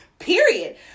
Period